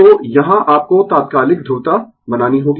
तो यहाँ आपको तात्कालिक ध्रुवता बनानी होगी